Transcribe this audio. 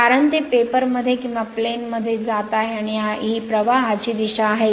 कारण ते पेपर मध्ये किंवा प्लेन मध्ये जात आहे आणि ही प्रवाहाची दिशा आहे